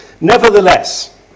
Nevertheless